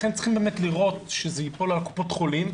לכן צריך לראות שזה ייפול על קופות החולים,